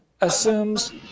assumes